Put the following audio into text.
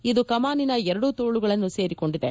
ಇದು ಕಮಾನಿನ ಎರಡೂ ತೋಳುಗಳನ್ನು ಸೇರಿಕೊಂಡಿದೆ